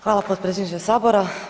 Hvala potpredsjedniče Sabora.